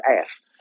ass